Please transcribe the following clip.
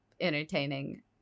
entertaining